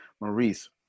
Maurice